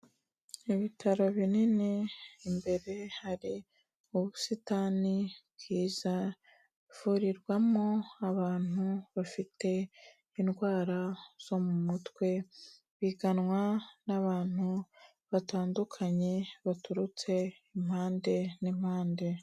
Ibitaro binini, imbere hari ubusitani bwiza, bivurirwamo abantu bafite indwara zo mu mutwe, biganwa n'abantu batandukanye baturutse impande n'impande.